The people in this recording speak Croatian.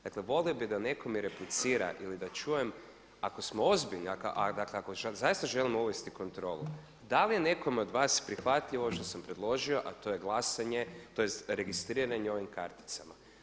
Dakle, volio bih da netko mi replicira ili da čujem ako smo ozbiljni, a dakle ako zaista želimo uvesti kontrolu da li je nekome od vas prihvatljivo što sam predložio a to je glasanje tj. registriranje ovim karticama.